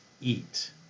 eat